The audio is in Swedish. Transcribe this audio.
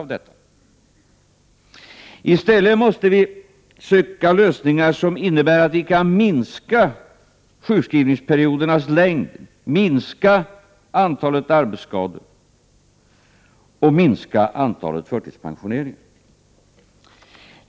I stället måste vi söka lösningar som innebär att vi kan minska sjukskrivningsperiodernas längd, minska antalet arbetsskador och minska antalet förtidspensioneringar.